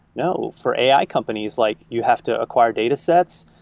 no. for a i. companies, like you have to acquire datasets.